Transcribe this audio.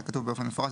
זה כתוב באופן מפורש.